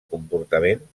comportament